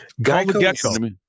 Geico